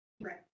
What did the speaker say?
Right